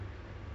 it's